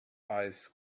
eyes